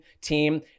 team